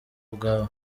bwawe